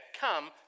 come